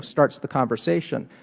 starts the conversation,